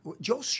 Joe